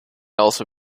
also